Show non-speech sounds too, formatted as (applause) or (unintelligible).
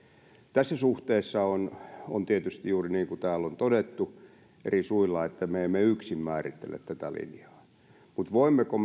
tässä suhteessa on on tietysti juuri niin kuin täällä on todettu eri suilla että me emme yksin määrittele tätä linjaa mutta voimmeko (unintelligible)